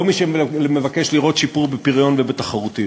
לא למי שמבקש לראות שיפור בפריון ובתחרותיות.